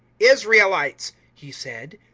israelites, he said,